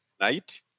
night